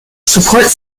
support